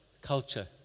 culture